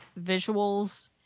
visuals